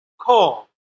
call